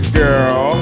girl